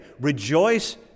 Rejoice